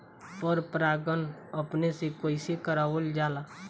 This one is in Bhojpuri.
पर परागण अपने से कइसे करावल जाला?